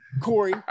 Corey